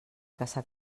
caçar